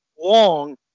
long